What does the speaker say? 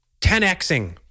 10xing